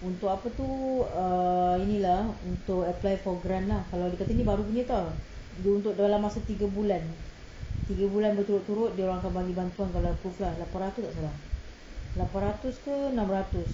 untuk apa tu err ini lah untuk apply for grant ah kalau dia kata ni baru punya [tau] untuk masa dalam tiga bulan tiga bulan berturut-turut dia orang akan bagi bantuan kalau approve lah lapan ratus tak salah lapan ratus ke enam ratus